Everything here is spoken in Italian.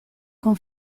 con